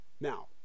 Now